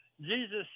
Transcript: Jesus